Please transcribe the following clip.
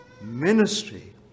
ministry